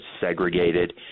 segregated